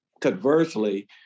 Conversely